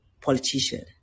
politician